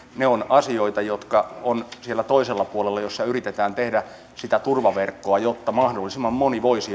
ne ovat asioita jotka ovat siellä toisella puolella missä yritetään tehdä sitä turvaverkkoa jotta mahdollisimman moni voisi